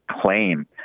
claim